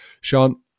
Sean